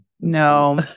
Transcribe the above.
No